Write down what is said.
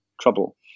trouble